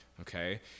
okay